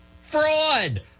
Fraud